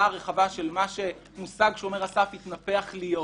הרחבה של מה שמושג "שומר הסף" התנפח להיות,